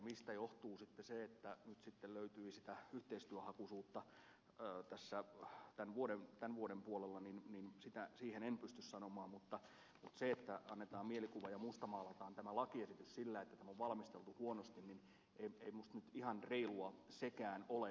mistä johtuu se että nyt sitten löytyi sitä yhteistyöhakuisuutta tämän vuoden puolella sitä en pysty sanomaan mutta ei sekään että annetaan tietty mielikuva ja mustamaalataan tämä lakiesitys sillä perusteella että tämä on valmisteltu huonosti minusta ihan reilua ole